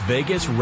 Vegas